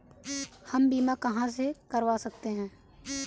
हम बीमा कहां से करवा सकते हैं?